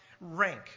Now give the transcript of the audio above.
rank